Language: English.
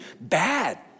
bad